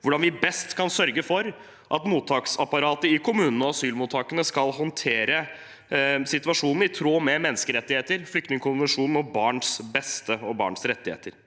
hvordan vi best kan sørge for at mottaksapparatet i kommunene og asylmottakene skal håndtere situasjonen i tråd med menneskerettigheter, flyktningkonvensjonen, barns beste og barns rettigheter.